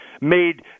made